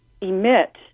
emit